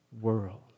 world